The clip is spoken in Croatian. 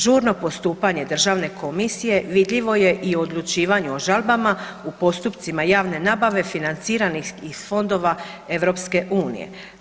Žurno postupanje Državne komisije vidljivo i u odlučivanju o žalbama u postupcima javne nabave financiranih iz fondova EU-a.